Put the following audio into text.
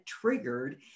triggered